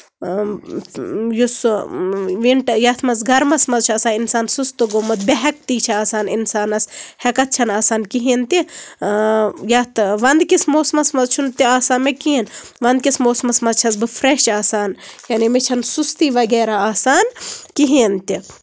اۭں اۭں یُس سُہ وِنٹر یَتھ منٛز گرمَس منٛز چھُ آسان اِنسان سُستہٕ گوٚومُت بےٚ ہٮ۪کتی چھِ آسان اِنسانَس ہیٚکَتھ چھےٚ نہٕ آسان کِہینۍ تہِ آ یَتھ وَندٕ کِس موسمَس منٛز چھُنہٕ تہِ آسان مےٚ کِہینۍ وَندٕ کِس موسمَس منٛز چھَس بہٕ فریش آسان یعنی مےٚ چھےٚ نہٕ سُستی وغیرہ آسان کِہینۍ تہِ